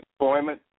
employment